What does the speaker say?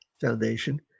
Foundation